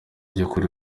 by’ukuri